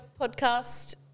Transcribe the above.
podcast